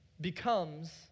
becomes